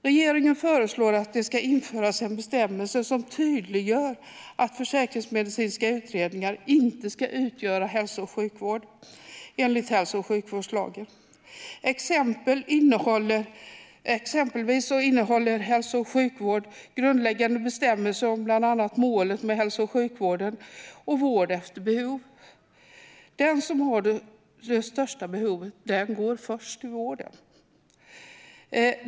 Regeringen föreslår att det ska införas en bestämmelse som tydliggör att försäkringsmedicinska utredningar inte ska utgöra hälso och sjukvård enligt hälso och sjukvårdslagen. Exempelvis innehåller hälso och sjukvårdslagen grundläggande bestämmelser om målet med hälso och sjukvården och vård efter behov. Den som har det största behovet går först i vården.